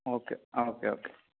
okay ആ okay okay